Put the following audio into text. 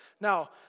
Now